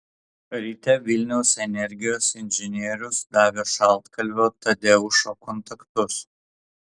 ryte vilniaus energijos inžinierius davė šaltkalvio tadeušo kontaktus